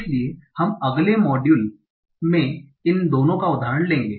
इसलिए हम अगले मॉड्यूल में इन दोनों का उदाहरण लेंगे